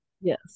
Yes